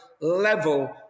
level